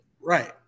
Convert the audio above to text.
Right